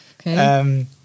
Okay